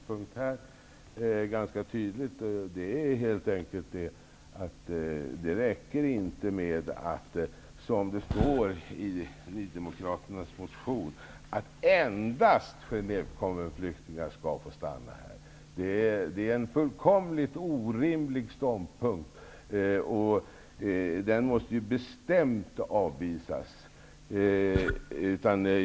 Herr talman! Jag klargjorde min ståndpunkt här ganska tydligt. Det räcker helt enkelt inte med att, som det står i Nydemokraternas motion, endast Genèvekonventionsflyktingar skall få stanna i Sverige. Det är en fullkomligt orimlig ståndpunkt, som bestämt måste avvisas.